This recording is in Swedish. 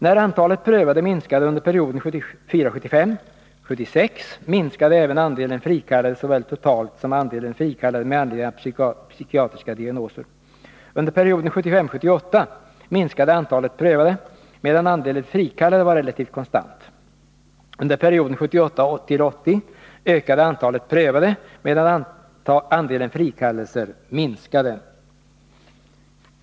När antalet prövade minskade under perioden 1974/75-1976 minskade även andelen frikallade såväl totalt som andelen frikallade med anledning av psykiatriska diagnoser. Under perioden 1976-1978 minskade antalet prövade, medan andelen frikallade var relativt konstant. Under perioden 1978-1980 ökade antalet prövade, medan andelen frikallelser minskade.